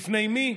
בפני מי?